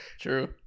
True